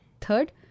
Third